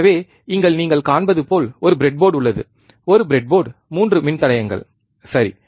எனவே இங்கே நீங்கள் காண்பது போல் ஒரு பிரெட் போர்டு உள்ளது ஒரு பிரெட் போர்டு 3 மின்தடையங்கள் சரி